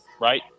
right